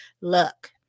Look